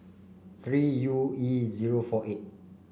three U E zero four eight